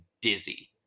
dizzy